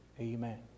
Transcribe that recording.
Amen